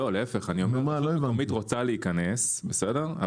לא להפך אני אומר מועצה מקוצית רוצה להיכנס בסדר?